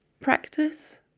practice